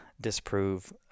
disprove